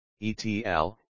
ETL